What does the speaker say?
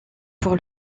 pour